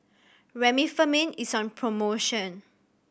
Remifemin is on promotion